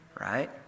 right